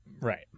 right